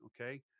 Okay